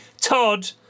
Todd